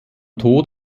tod